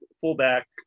fullback